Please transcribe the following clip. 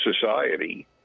society